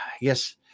yes